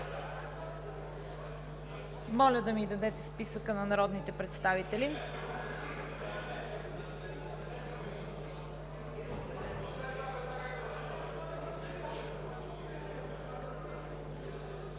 Моля, да ми дадете списъка на народните представители.